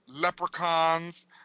leprechauns